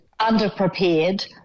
underprepared